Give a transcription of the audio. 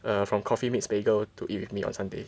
err from coffee meets bagel to eat with me on Sunday